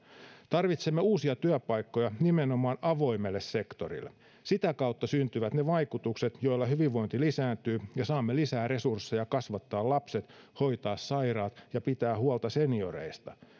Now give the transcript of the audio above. tarvitsemme uusia työpaikkoja nimenomaan avoimelle sektorille sitä kautta syntyvät ne vaikutukset joilla hyvinvointi lisääntyy ja saamme lisää resursseja kasvattaa lapset hoitaa sairaat ja pitää huolta senioreista